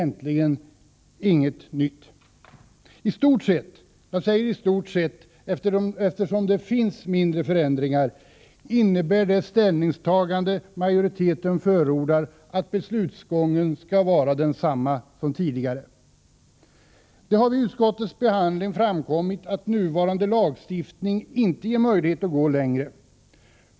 I stort sett — jag säger i stort sett, eftersom det finns mindre förändringar — innebär det ställningstagande som majoriteten förordar att beslutsgången skall vara densamma som tidigare. Det har vid utskottets behandling framkommit att nuvarande lagstiftning inte ger möjligheter att gå längre.